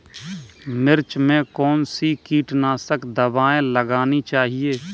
मिर्च में कौन सी कीटनाशक दबाई लगानी चाहिए?